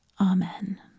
Amen